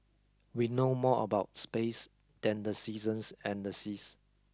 we know more about space than the seasons and the seas